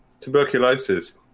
tuberculosis